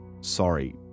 sorry